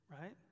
right